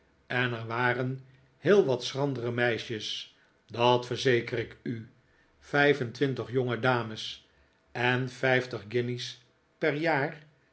en er waren heel wat schrandere meisjes dat verzeker ik u vijf en twintig jongedames en vrjftig guinjes per jaar